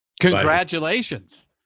Congratulations